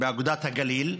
באגודת הגליל,